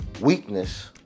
weakness